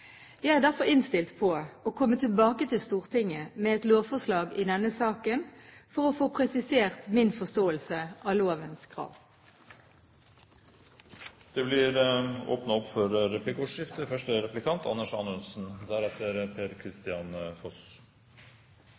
Jeg er derfor innstilt på å komme tilbake til Stortinget med et lovforslag i denne saken for å få presisert min forståelse av lovens krav. Det blir